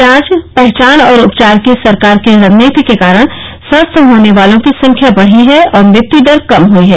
जांच पहचान और उपचार की सरकार की रणनीति के कारण स्वस्थ होने वालों की संख्या बढ़ी है और मृत्यू दर कम हई है